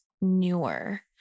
newer